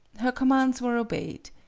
her commands were obeyed.